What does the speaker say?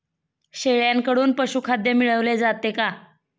शेळ्यांकडून पशुखाद्य मिळवले जाते का?